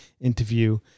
interview